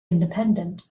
independent